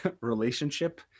relationship